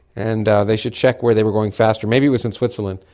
and they should check where they were going faster, maybe it was in switzerland.